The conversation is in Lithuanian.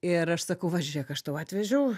ir aš sakau va žiūrėk aš tau atvežiau